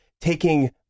taking